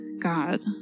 God